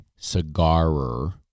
cigarer